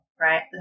right